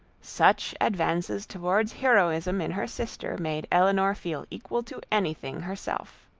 such advances towards heroism in her sister, made elinor feel equal to any thing herself.